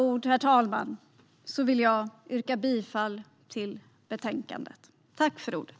Med dessa ord vill jag yrka bifall till utskottets förslag i betänkandet.